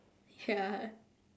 ya